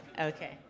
Okay